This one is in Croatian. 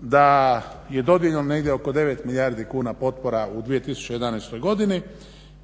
da je dodijeljeno negdje oko 9 milijardi kuna potpora u 2011. godini